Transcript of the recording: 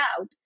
out